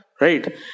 Right